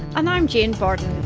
and i'm jane bardon.